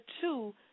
two